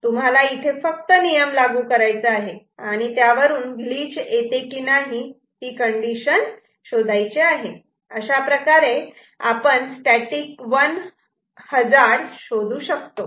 तुम्हाला इथे फक्त नियम लागू करायचा आहे आणि त्यावरून ग्लिच येते की नाही ती कंडीशन सुद्धा शोधू शकतो आणि अशाप्रकारे आपण स्टॅटिक 1 हजार्ड शोधू शकतो